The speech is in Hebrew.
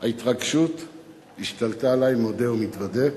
ההתרגשות השתלטה עלי, מודה ומתוודה,